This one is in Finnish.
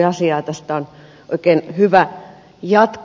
tästä on oikein hyvä jatkaa